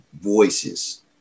voices